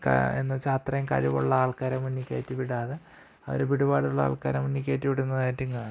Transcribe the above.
ക എന്നുവെച്ചാല് അത്രയും കഴിവുള്ള ആള്ക്കാരെ മുന്നില് കയറ്റിവിടാതെ അവര് പിടിപാടുള്ള ആള്ക്കാരെ മുന്നില് കയറ്റിവിടുന്നതായിട്ടും കാണുന്നുണ്ട്